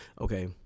Okay